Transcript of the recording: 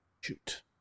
shoot